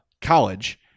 college